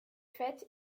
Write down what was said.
fête